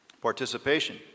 Participation